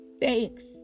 Thanks